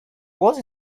was